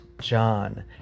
John